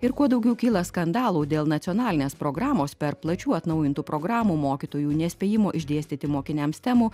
ir kuo daugiau kyla skandalų dėl nacionalinės programos per plačių atnaujintų programų mokytojų nespėjimo išdėstyti mokiniams temų